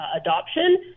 adoption